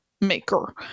Maker